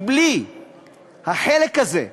כי בלי החלק הזה,